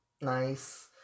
nice